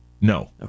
No